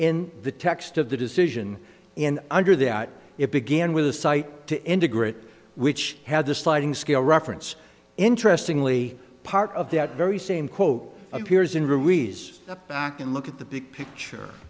in the text of the decision and under that it began with a site to end a grid which had a sliding scale reference interestingly part of that very same quote appears in ruiz back and look at the big picture